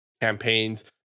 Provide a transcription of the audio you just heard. campaigns